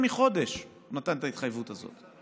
לפני יותר מחודש הוא נתן את ההתחייבות הזאת.